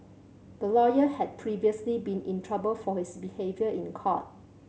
the lawyer had previously been in trouble for his behaviour in court